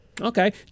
Okay